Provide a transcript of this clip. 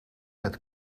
met